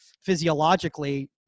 physiologically